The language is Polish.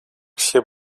się